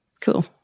cool